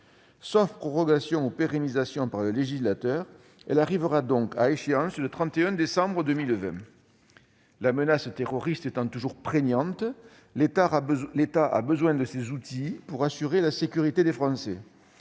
Sauf prorogation ou pérennisation par le législateur, cette mesure prendra donc fin le 31 décembre prochain. La menace terroriste étant toujours prégnante, l'État a besoin de ces outils pour assurer la sécurité des Français.